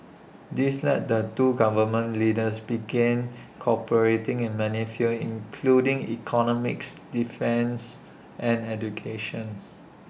this led the two government leaders begin cooperating in many fields including economics defence and educations